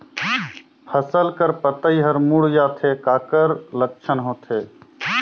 फसल कर पतइ हर मुड़ जाथे काकर लक्षण होथे?